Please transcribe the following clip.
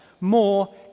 more